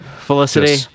Felicity